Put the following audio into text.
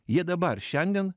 jie dabar šiandien